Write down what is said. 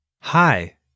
Hi